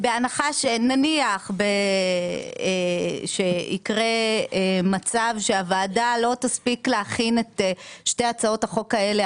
נניח שיקרה מצב שהוועדה לא תספיק להכין את שתי הצעות החוק האלה,